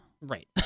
Right